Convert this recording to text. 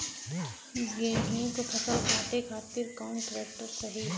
गेहूँक फसल कांटे खातिर कौन ट्रैक्टर सही ह?